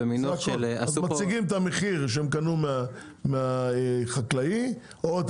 אז מציגים את המחיר שהם קנו מהחקלאי או את